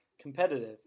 competitive